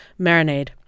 marinade